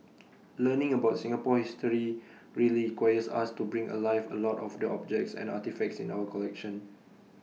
learning about Singapore history really requires us to bring alive A lot of the objects and artefacts in our collection